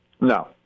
No